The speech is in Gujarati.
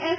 એસ